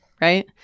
right